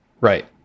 Right